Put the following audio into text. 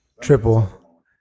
Triple